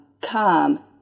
come